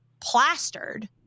plastered